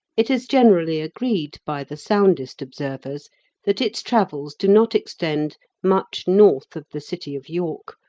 it is generally agreed by the soundest observers that its travels do not extend much north of the city of york,